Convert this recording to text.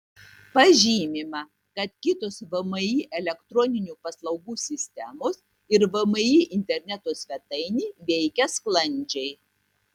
pažymima kad kitos vmi elektroninių paslaugų sistemos ir vmi interneto svetainė veikia sklandžiai